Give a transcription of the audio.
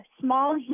small